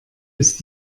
ist